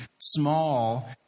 small